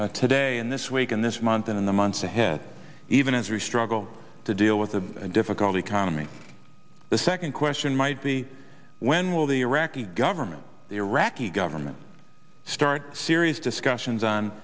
today and this week and this month in the months ahead even as we struggle to deal with the difficult economy the second question might be when will the iraqi government the iraqi government start serious discussions on